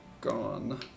gone